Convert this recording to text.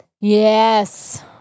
Yes